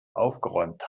aufgeräumt